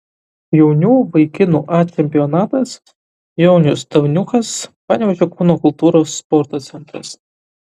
jaunių vaikinų a čempionatas jaunius davniukas panevėžio kūno kultūros sporto centras